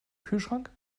kühlschrank